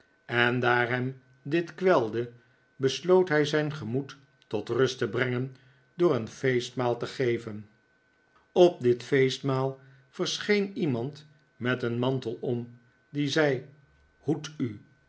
en daar hem dit kwelde besloot hij zijn gemoed tot rust te brengen door een feestmaal te geven op dit feestmaal verscheen iemand met een mantel om die zei hoed u